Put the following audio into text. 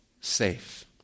safe